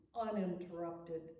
uninterrupted